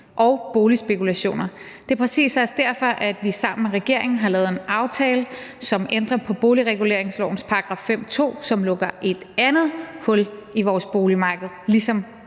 og boligspekulationer. Det er præcis også derfor, at vi sammen med regeringen har lavet en aftale, som ændrer på boligreguleringslovens § 5, stk. 2, som lukker et andet hul i vores boligmarked, ligesom